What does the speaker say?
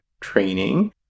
training